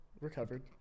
Recovered